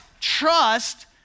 Trust